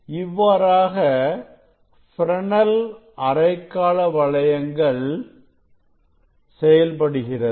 இவ்வாறாக ஃப்ரெனெல் அரைக்காலவளையங்கள் செயல்படுகிறது